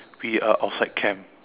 we are outside camp